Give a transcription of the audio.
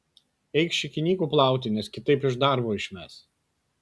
eik šikinykų plauti nes kitaip iš darbo išmes